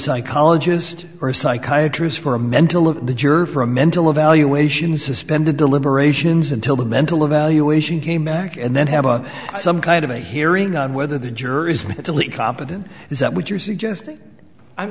psychologist or psychiatrist for a mental look at the jury for a mental evaluation suspend the deliberations until the mental evaluation came back and then have some kind of a hearing on whether the jury is mentally competent is that what you're suggesting i'm